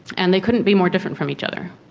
and they couldn't be more different from each other.